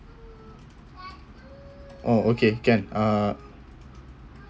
oh okay can uh